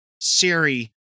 Siri